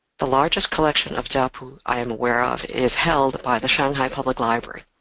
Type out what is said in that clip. the largest collection of jiapu i am aware of is held by the shanghai public library,